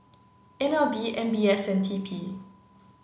N L B M B S and T P